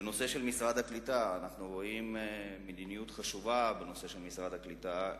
בנושא משרד הקליטה: אנחנו רואים חשיבות במדיניות של משרד הקליטה,